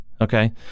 Okay